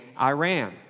Iran